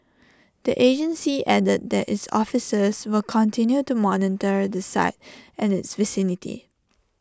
the agency added that its officers will continue to monitor the site and its vicinity